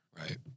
Right